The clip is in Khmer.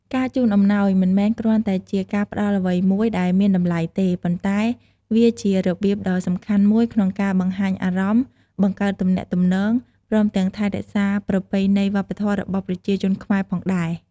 ការជូនអំណោយមិនមែនគ្រាន់តែជាការផ្ដល់អ្វីមួយដែលមានតម្លៃទេ ប៉ុន្តែវាជារបៀបដ៏សំខាន់មួយក្នុងការបង្ហាញអារម្មណ៍ បង្កើតទំនាក់ទំនង ព្រមទាំងថែរក្សាប្រពៃណីវប្បធម៌របស់ប្រជាជនខ្មែរផងដែរ។